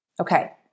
Okay